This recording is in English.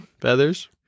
Feathers